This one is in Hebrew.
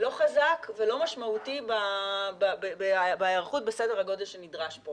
לא חזק ולא משמעותי בהיערכות בסדר הגודל שנדרש פה